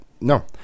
no